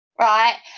Right